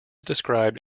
described